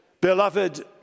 beloved